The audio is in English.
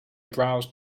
browsed